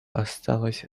осталась